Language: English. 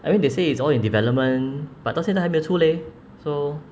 I mean they say it's all in development but 到现在还没有出 leh so